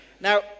Now